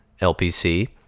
LPC